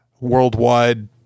worldwide